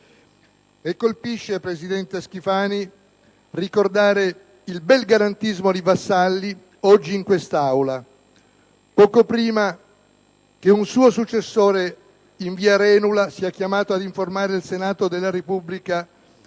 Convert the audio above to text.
Colpisce, presidente Schifani, ricordare il bel garantismo di Vassalli oggi in quest'Aula, poco prima che un suo successore a via Arenula sia chiamato ad informare il Senato della Repubblica